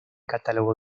catálogo